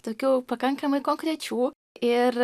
tokių pakankamai konkrečių ir